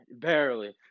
barely